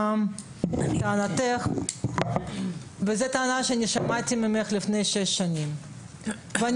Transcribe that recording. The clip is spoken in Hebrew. טענה שאני שמעתי ממך לפני שש שנים ואני